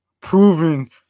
proven